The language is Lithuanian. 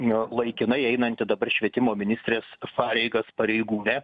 na laikinai einanti dabar švietimo ministrės pareigas pareigūnė